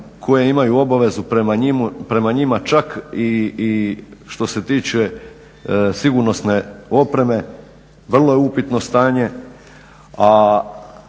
koje imaju obavezu prema njima čak i što se tiče sigurnosne opreme, vrlo je upitno stanje.